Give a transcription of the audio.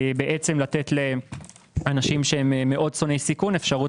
לתת לאנשים שהם מאוד שונאי סיכון אפשרות